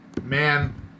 man